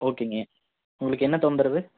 ஓகேங்க உங்களுக்கு என்ன தொந்தரவு